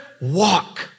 walk